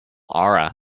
aura